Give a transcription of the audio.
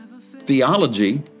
theology